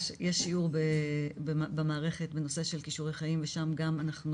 יש שיעור במערכת בנושא של קישורי חיים ושם גם אנחנו